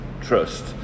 Trust